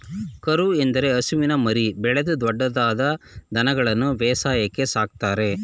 ಕರು ಎಂದರೆ ಹಸುವಿನ ಮರಿ, ಬೆಳೆದು ದೊಡ್ದವಾದ ದನಗಳನ್ಗನು ಬೇಸಾಯಕ್ಕೆ ಸಾಕ್ತರೆ